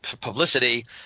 publicity